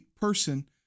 person